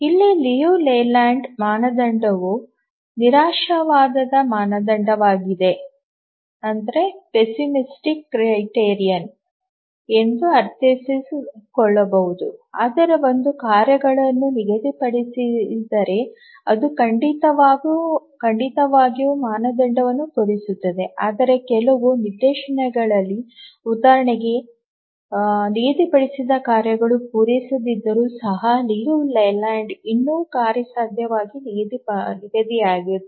ಇಲ್ಲಿ Liu Layland ಮಾನದಂಡವು ನಿರಾಶಾವಾದದ ಮಾನದಂಡವಾಗಿದೆ ಎಂದು ಅರ್ಥೈಸಿಕೊಳ್ಳಬಹುದು ಅಂದರೆ ಒಂದು ಕಾರ್ಯಗಳನ್ನು ನಿಗದಿಪಡಿಸಿದರೆ ಅದು ಖಂಡಿತವಾಗಿಯೂ ಮಾನದಂಡವನ್ನು ಪೂರೈಸುತ್ತದೆ ಆದರೆ ಕೆಲವು ನಿದರ್ಶನಗಳಲ್ಲಿ ಉದಾಹರಣೆಗೆ ನಿಗದಿಪಡಿಸಿದ ಕಾರ್ಯಗಳು ಪೂರೈಸದಿದ್ದರೂ ಸಹ ಲಿಯು ಲೇಲ್ಯಾಂಡ್ ಇನ್ನೂ ಕಾರ್ಯಸಾಧ್ಯವಾಗಿ ನಿಗದಿಯಾಗುತ್ತಿದೆ